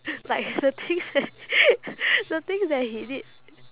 like the things that the things that he did